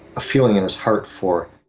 a feeling in his heart for.